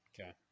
Okay